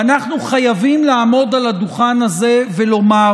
ואנחנו חייבים לעמוד על הדוכן הזה ולומר